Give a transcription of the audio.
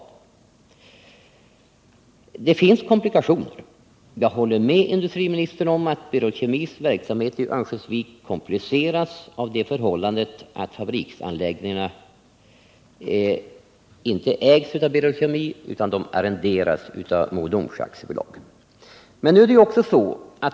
Men det finns komplikationer. Jag håller med industriministern om att Berol Kemis verksamhet i Örnsköldsvik kompliceras av det förhållandet att fabriksanläggningarna inte ägs av Berol Kemi utan arrenderas av Mo och Domsjö AB.